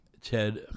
Ted